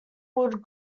would